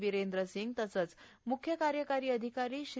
विरेंद्र सिंग तसंच मुख्य कार्यकारी अधिकारी श्री